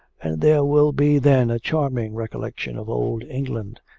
and there will be then a charming recollection of old england,